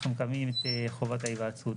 אנחנו מקיימים את חובת ההיוועצות.